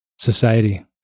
society